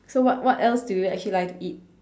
so what what else do you actually like to eat